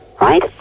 Right